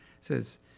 says